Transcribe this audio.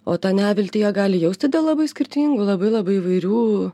o tą neviltį jie gali jausti dėl labai skirtingų labai labai įvairių